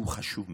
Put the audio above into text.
שהוא חשוב מאוד: